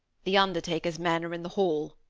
the undertaker's men are in the hall,